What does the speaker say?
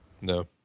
No